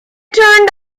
turned